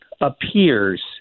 appears